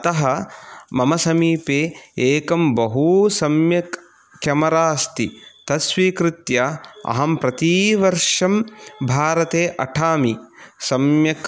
अतः मम समीपे एकं बहू सम्यक् केमरा अस्ति तत्स्वीकृत्य अहं प्रतिवर्षं भारते अठामि सम्यक्